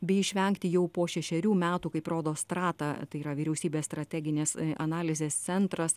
bei išvengti jau po šešerių metų kaip rodo strata tai yra vyriausybės strateginės analizės centras